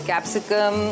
Capsicum